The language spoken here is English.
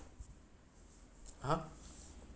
!huh!